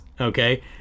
Okay